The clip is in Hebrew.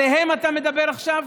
עליהם אתה מדבר עכשיו?